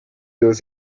dos